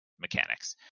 mechanics